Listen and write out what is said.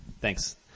Thanks